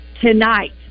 tonight